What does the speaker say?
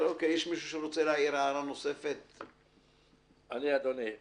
מה התשובה לחניונים, אדוני היושב-ראש?